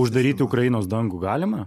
uždaryti ukrainos dangų galima